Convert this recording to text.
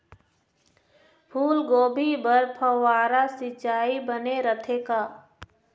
फूलगोभी बर फव्वारा सिचाई बने रथे का?